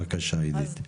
בבקשה אידית.